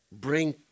bring